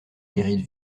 guérite